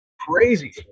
crazy